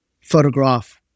photograph